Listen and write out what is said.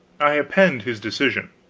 i append his decision